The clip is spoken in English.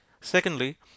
Secondly